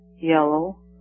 yellow